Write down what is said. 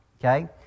okay